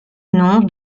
nom